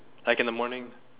like in the morning